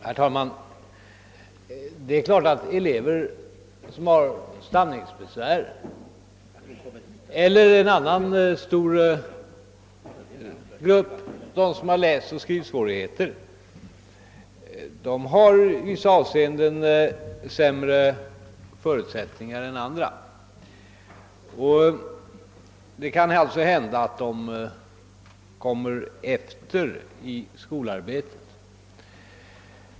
Herr talman! Elever som har stam ningsbesvär eller elever som har läsoch skrivsvårigheter — en annan stor grupp — har naturligtvis i vissa avseenden sämre förutsättningar än andra, och det kan alltså hända att de kommer efter i skolarbetet.